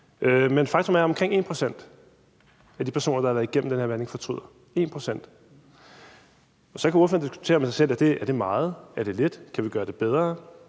Men faktum er, at omkring 1 pct. af de personer, der har været igennem den her behandling, fortryder – 1 pct. Og så kan ordføreren diskutere med sig selv, om det er meget, om det er lidt, og om vi kan gøre det bedre.